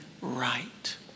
right